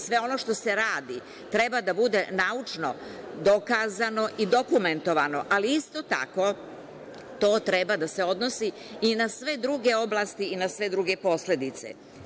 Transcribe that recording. Sve ono što se radi treba da bude naučno dokazano i dokumentovano, ali isto tako to treba da se odnosi i na sve druge oblasti i na sve druge posledice.